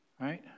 Right